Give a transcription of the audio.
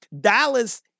Dallas